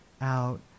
out